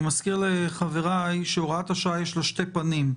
אני מזכיר לחבריי שלהוראת השעה יש שתי פנים.